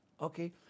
Okay